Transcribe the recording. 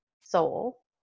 soul